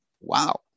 wow